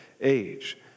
age